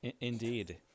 Indeed